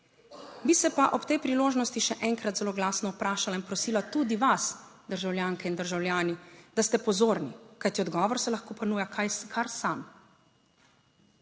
Bi se pa ob tej priložnosti še enkrat zelo glasno vprašala in prosila tudi vas, državljanke in državljani, da ste pozorni, kajti odgovor se lahko ponuja kar sam.